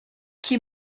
que